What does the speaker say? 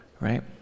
right